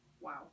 wow